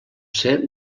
ser